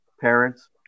parents